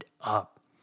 up